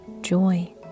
joy